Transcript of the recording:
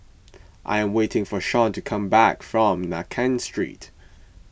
I am waiting for Shon to come back from Nankin Street